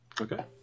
Okay